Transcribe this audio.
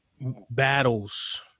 battles